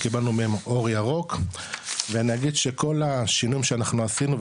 קיבלנו מהם אור ירוק ואני אגיד שכל השינויים שאנחנו עשינו,